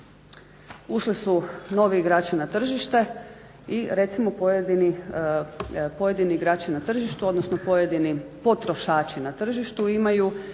Ušli su novi igrači na tržište i recimo pojedini igrači na tržištu, odnosno pojedini potrošači na tržištu imaju